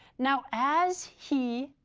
now, as he